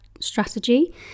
strategy